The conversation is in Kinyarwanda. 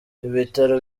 ibitaro